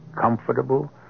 comfortable